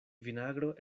vinagro